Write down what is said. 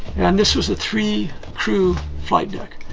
and this was a three crew flight deck.